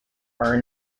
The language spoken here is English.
are